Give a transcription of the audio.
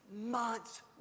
months